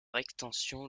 extension